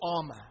armor